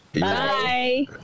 Bye